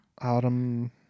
autumn